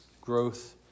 growth